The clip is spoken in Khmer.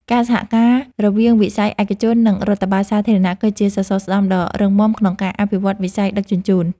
ការសហការរវាងវិស័យឯកជន និងរដ្ឋបាលសាធារណៈគឺជាសសរស្តម្ភដ៏រឹងមាំក្នុងការអភិវឌ្ឍវិស័យដឹកជញ្ជូន។